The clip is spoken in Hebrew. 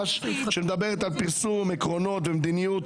ואז מדובר על הכובע הפונקציונלי,